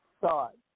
thoughts